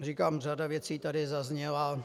Říkám, řada věcí tady zazněla.